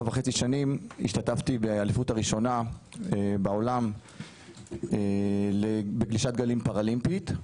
וחצי שנים השתתפתי באליפות הראשונה בעולם לגלישת גלים פארלימפית,